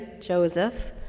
Joseph